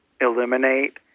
eliminate